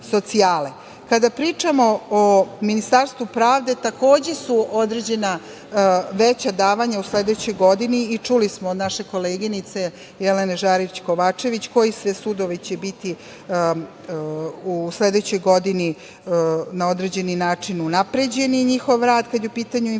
pričamo o Ministarstvu pravde, takođe su određena veća davanja u sledećoj godini i čuli smo od naše koleginice Jelene Žarić Kovačević koji sve sudovi će biti u sledećoj godini na određeni način unapređeni i njihov rad, kada je u pitanju infrastruktura.